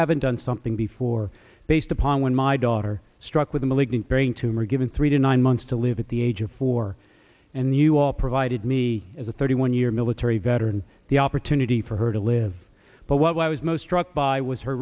haven't done something before based upon when my daughter struck with a malignant brain tumor given three to nine months to live at the age of four and you all provided me as a thirty one year military veteran the opportunity for her to live but what i was most struck by was her